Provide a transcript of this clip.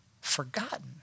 forgotten